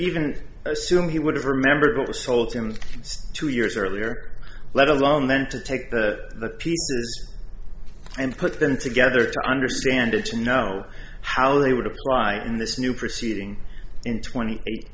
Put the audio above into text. even assume he would have remembered what was told him two years earlier let alone then to take the pieces and put them together to understand it to know how they would apply in this new proceeding in twenty eight